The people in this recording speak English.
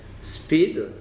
speed